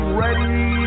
ready